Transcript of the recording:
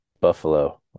Buffalo